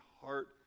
heart